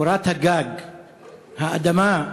קורת הגג, האדמה,